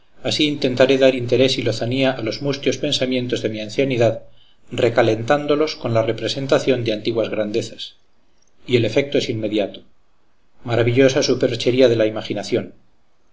así intentaré dar interés y lozanía a los mustios pensamientos de mi ancianidad recalentándolos con la representación de antiguas grandezas y el efecto es inmediato maravillosa superchería de la imaginación